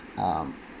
um